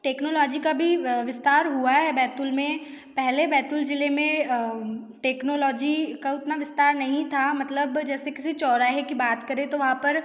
technology का भी विस्तार हुआ है बैतूल में पहले बैतूल ज़ि ले में टेक्नोलॉजी का उतना विस्तार नहीं था मतलब जैसे किसी चौराहे की बात करें तो वहाँ पर